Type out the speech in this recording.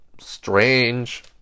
strange